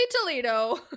toledo